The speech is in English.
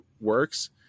works